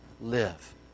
Live